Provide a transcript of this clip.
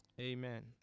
Amen